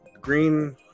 green